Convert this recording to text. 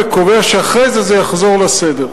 וקובע שאחרי זה יחזור הסדר.